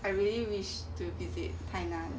I really wish to visit tainan